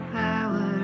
power